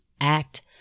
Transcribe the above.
act